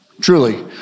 truly